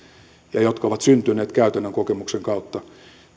jotka ovat syntyneet käytännön kokemuksen kautta ja